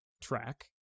track